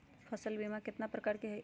फसल बीमा कतना प्रकार के हई?